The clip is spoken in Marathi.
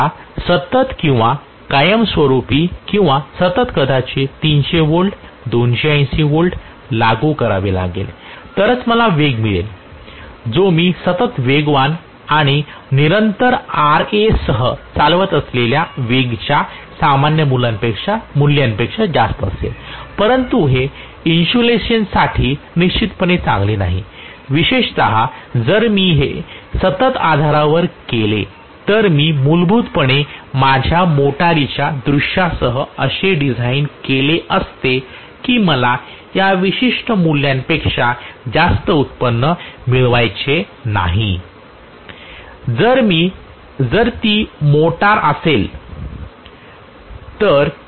म्हणून मला सतत किंवा कायमस्वरुपी किंवा सतत कदाचित 300 V 280 V लागू करावे लागेल तरच मला वेग मिळेल जो मी सतत वेगवान आणि निरंतर Ra सह चालवत असलेल्या वेगच्या सामान्य मूल्यांपेक्षा जास्त असेल परंतु हे इन्सुलेशनसाठी निश्चितपणे चांगले नाही विशेषत जर मी हे सतत आधारावर केले तर मी मूलभूतपणे माझ्या मोटारीच्या दृश्यासह असे डिझाइन केले असते की मला या विशिष्ट मूल्यापेक्षा जास्त उत्पन्न मिळवायचे नाही जर ती मोटार असेल तर